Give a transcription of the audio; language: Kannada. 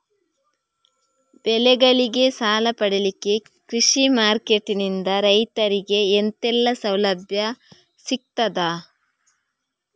ಬೆಳೆಗಳಿಗೆ ಸಾಲ ಪಡಿಲಿಕ್ಕೆ ಕೃಷಿ ಮಾರ್ಕೆಟ್ ನಿಂದ ರೈತರಿಗೆ ಎಂತೆಲ್ಲ ಸೌಲಭ್ಯ ಸಿಗ್ತದ?